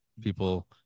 People